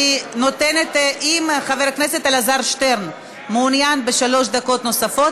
אם חבר הכנסת אלעזר שטרן מעוניין בשלוש דקות נוספות,